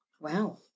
Wow